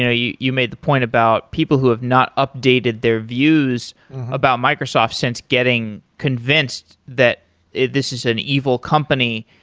ah you you made the point about people who have not updated their views about microsoft since getting convinced that this is an evil company.